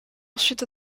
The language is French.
ensuite